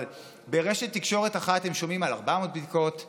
אבל ברשת תקשורת אחת הם שומעים על 400 נדבקים,